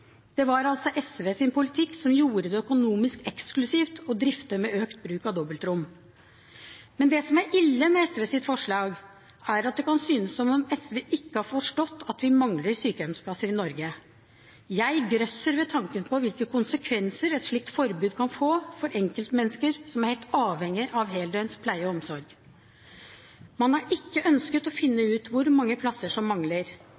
Det var altså SVs politikk som gjorde det økonomisk eksklusivt å drifte med økt bruk av dobbeltrom. Men det som er ille med SVs forslag, er at det kan synes som om SV ikke har forstått at vi mangler sykehjemsplasser i Norge. Jeg grøsser ved tanken på hvilke konsekvenser et slikt forbud kan få for enkeltmennesker som er helt avhengig av heldøgns pleie og omsorg. Man har ikke ønsket å finne ut hvor mange plasser som mangler,